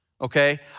okay